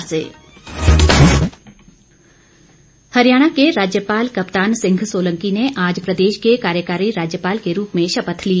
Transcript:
शपथ हरियाणा के राज्यपाल कप्तान सिंह सोलंकी ने आज प्रदेश के कार्यकारी राज्यपाल के रूप में शपथ ली